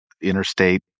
Interstate